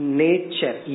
nature